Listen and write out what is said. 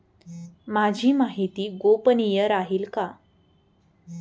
माझी माहिती गोपनीय राहील का?